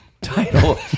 title